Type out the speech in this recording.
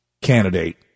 candidate